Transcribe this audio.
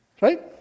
Right